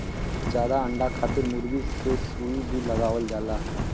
जादा अंडा खातिर मुरगी के सुई भी लगावल जाला